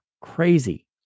Crazy